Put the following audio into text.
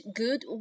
good